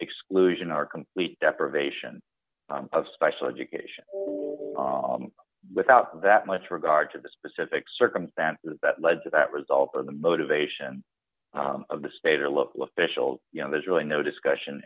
exclusion or complete deprivation of special education or without that much regard to the specific circumstances that led to that result or the motivation of the state or local officials you know there's really no discussion